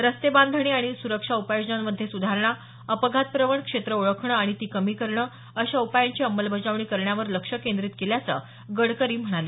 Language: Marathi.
रस्तेबांधणी आणि सुरक्षा उपाययोजनांमध्ये सुधारणा अपघात प्रवण क्षेत्र ओळखणं आणि ती कमी करणं अशा उपायांची अंमलबजावणी करण्यावर लक्ष केंद्रीत केल्याचं गडकरी म्हणाले